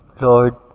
Lord